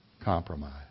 compromise